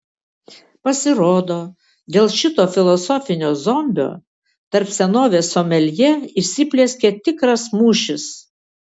pasirodo dėl šito filosofinio zombio tarp senovės someljė įsiplieskė tikras mūšis